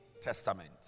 Testament